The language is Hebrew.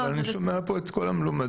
אבל אני שומע פה את כל המלומדים,